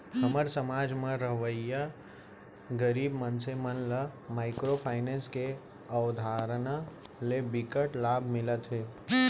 हमर समाज म रहवइया गरीब मनसे मन ल माइक्रो फाइनेंस के अवधारना ले बिकट लाभ मिलत हे